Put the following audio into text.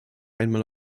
einmal